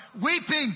weeping